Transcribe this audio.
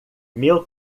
meu